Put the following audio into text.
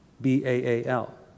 B-A-A-L